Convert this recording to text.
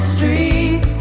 Street